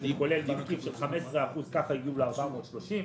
ה-430 שקל כולל מרכיב של 15%, כך הגיעו ל-430 שקל.